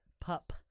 Pup